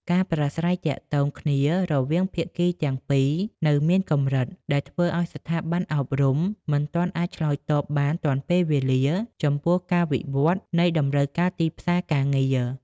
ការប្រាស្រ័យទាក់ទងគ្នារវាងភាគីទាំងពីរនៅមានកម្រិត ដែលធ្វើឱ្យស្ថាប័នអប់រំមិនទាន់អាចឆ្លើយតបបានទាន់ពេលវេលាចំពោះការវិវត្តន៍នៃតម្រូវការទីផ្សារការងារ។